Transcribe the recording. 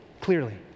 clearly